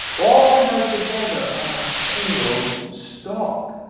all held together on a single stalk.